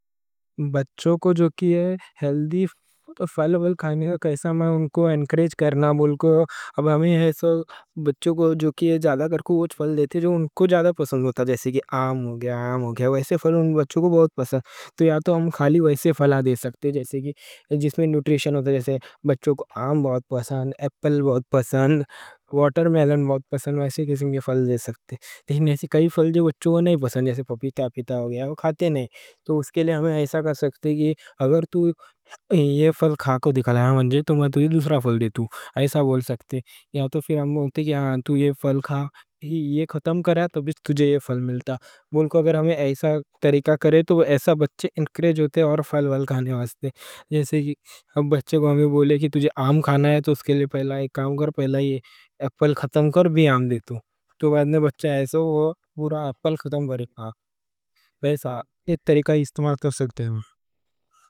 بچوں کو جو کہ ہیلتھی فل کھانے کا کیسا ہم ان کو انکریج کرنا بولکو۔ اب ہم ایسا: بچوں کو جو کہ زیادہ فل دیتے جو ان کو زیادہ پسند ہوتا۔ جیسے کہ آم ہو گیا، آم ہو گیا، ویسے فل ان بچوں کو بہت پسند۔ تو یا تو ہم خالی ویسے فل دے سکتے، جیسے کہ جس میں نوٹریشن ہوتا۔ جیسے بچوں کو آم بہت پسند، ایپل بہت پسند، وارٹر میلن بہت پسند، ویسے قسم کے فل دے سکتے۔ دیکھنے سے کئی فل جو بچوں کو نہیں پسند، جیسے پپیتا ہو گیا، وہ کھاتے نہیں۔ تو اس کے لئے ہم ایسا کہ سکتے کہ اگر توں یہ فل کھا کوں دکھا لیا تو میں تجھے دوسرا فل دے توں، ایسا بول سکتے۔ یا تو پھر ہم بولتے کہ ہاں توں یہ فل کھا، یہ ختم کریا تو بھی تجھے یہ فل ملتا بولکو۔ اگر ہم ایسا طریقہ کرے تو ایسا بچے انکریج ہوتے، تو بعد میں بچے آئے تو وہ پورا فل ختم کرے، ویسا ایسا طریقہ استعمال کر سکتے ہیں۔